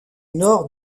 nord